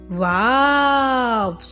wow